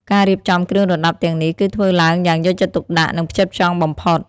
ការរៀបចំគ្រឿងរណ្តាប់ទាំងនេះគឺធ្វើឡើងយ៉ាងយកចិត្តទុកដាក់ និងផ្ចិតផ្ចង់បំផុត។